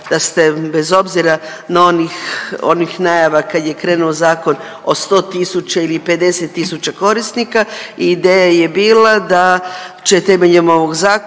da ste bez obzira na onih, onih najava kad je krenuo zakon o 100 tisuća ili 50 tisuća korisnika, ideja je bila da će temeljem ovog Zakona